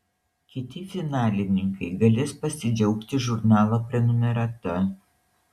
kiti finalininkai galės pasidžiaugti žurnalo prenumerata